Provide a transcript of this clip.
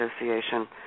Association